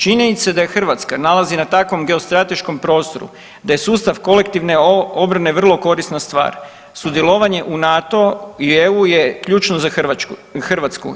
Činjenica da je Hrvatska nalazi na takvom geostrateškom prostoru, da je sustav kolektivne obrane vrlo korisna stvar, sudjelovanje u NATO i EU je ključno za Hrvatsku.